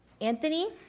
Anthony